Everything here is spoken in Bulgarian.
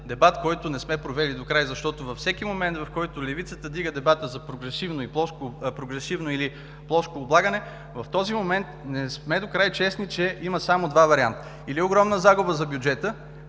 дебат, който не сме провели докрай, защото във всеки момент, в който левицата вдига дебата за прогресивно или плоско облагане, в този момент не сме докрай честни, че има само два варианта – или огромна загуба за бюджета,